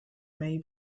may